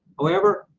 however,